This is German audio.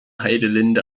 heidelinde